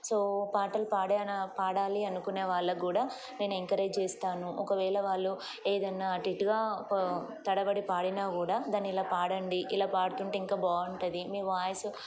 so పాటలు పాడే పాడాలి అనుకునే వాళ్ళూ కూడా నేను ఎంకరేజ్ చేస్తాను ఒకవేళ వాళ్ళు ఏదన్నాటుట్గా తడబడి పాడినా కూడా దాన్ని ఇలా పాడంండి ఇలా పాడుతుంటే ఇంకా బాగుంటది మీ వాయిస్